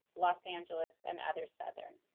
los angeles and other southern.